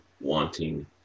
wanting